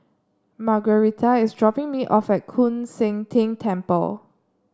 Margueritta is dropping me off at Koon Seng Ting Temple